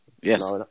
Yes